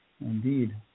Indeed